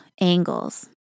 angles